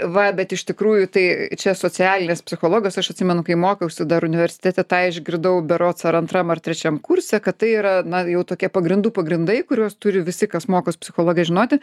va bet iš tikrųjų tai čia socialinis psichologas aš atsimenu kai mokiausi dar universitete tą išgirdau berods ar antram ar trečiam kurse kad tai yra na jau tokie pagrindų pagrindai kuriuos turi visi kas mokos psichologiją žinoti